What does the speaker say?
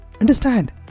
understand